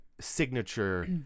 signature